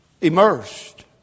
Immersed